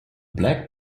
black